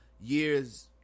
years